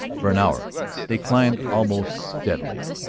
for an hour they climbed almost steadily,